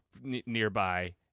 nearby